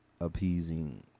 appeasing